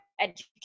education